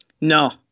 No